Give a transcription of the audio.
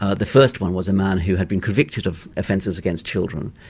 ah the first one was a man who had been convicted of offences against children,